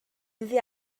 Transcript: iddi